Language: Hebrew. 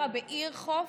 בעיר חוף,